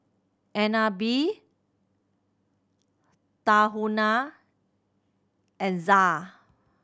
Agnes B Tahuna and ZA